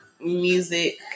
music